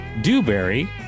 dewberry